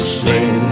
sing